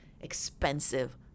expensive